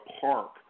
park